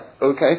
okay